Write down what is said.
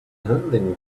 handling